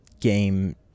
game